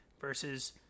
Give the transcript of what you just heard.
versus